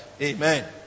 Amen